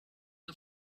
the